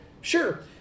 Sure